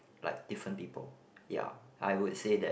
like different people ya I would say that